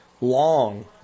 long